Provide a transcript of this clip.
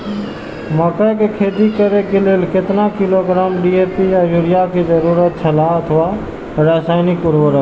मकैय के खेती करे के लेल केतना किलोग्राम डी.ए.पी या युरिया के जरूरत छला अथवा रसायनिक उर्वरक?